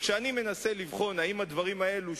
כשאני מנסה לבחון אם הדברים האלה,